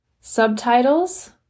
Subtitles